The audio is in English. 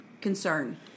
concern